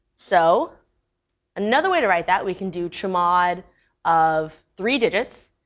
so another way to write that, we can do chmod of three digits,